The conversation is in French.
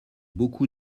beaucoup